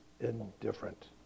indifferent